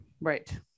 Right